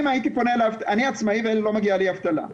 אני עצמאי ולא מגיע לי אבטלה,